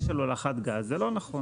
במקרה של הולכת גז זה לא נכון,